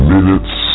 Minutes